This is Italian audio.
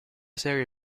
serie